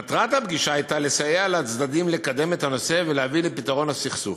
מטרת הפגישה הייתה לסייע לצדדים לקדם את הנושא ולהביא לפתרון הסכסוך.